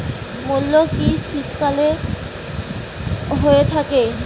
মূলো কি শীতকালে হয়ে থাকে?